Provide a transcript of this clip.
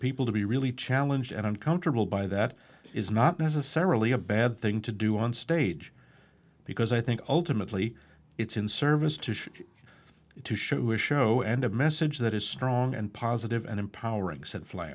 people to be really challenge and uncomfortable by that is not necessarily a bad thing to do on stage because i think ultimately it's in service to show to show a show and a message that is strong and positive and empowering said fl